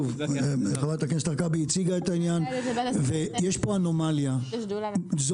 חברת הכנסת הרכבי הציגה את העניין ויש פה אנומליה זועקת.